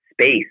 space